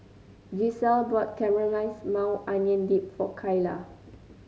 Gisselle bought Caramelized Maui Onion Dip for Kyla